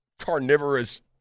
carnivorous